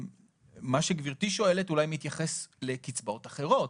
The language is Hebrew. מה שגברתי שואלת אולי מתייחס לקצבאות אחרות.